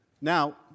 Now